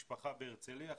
משפחה בהרצליה,